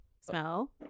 Smell